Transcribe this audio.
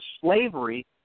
slavery